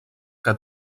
que